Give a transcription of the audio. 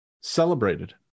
celebrated